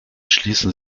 schließen